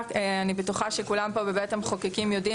אני בטוחה שכולם פה בבית המחוקקים יודעים